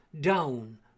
Down